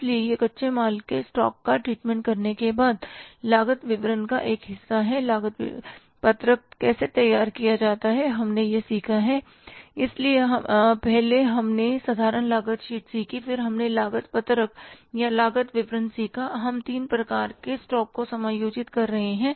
इसलिए यह कच्चे माल के स्टॉक का ट्रीटमेंटकरने के बाद लागत विवरण का एक हिस्सा है लागत पत्रक कैसे तैयार किया जाता है हमने यह सीखा है इसलिए पहले हमने साधारण लागत शीट सीखी फिर हमने लागत पत्रक या लागत विवरण सीखा हम तीन प्रकार के स्टॉक को समायोजित कर रहे हैं